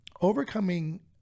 overcoming